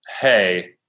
hey